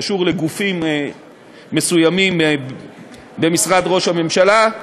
כי זה קשור לגופים מסוימים במשרד ראש הממשלה,